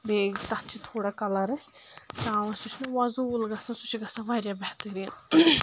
بیٚیہٕ تَتھ چھِ تھوڑا کَلر أسۍ ترٛاوان سُہ چھُ مےٚ وۄضوٗل گژھان سُہ چھُ گژھان واریاہ بہتَریٖن